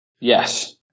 Yes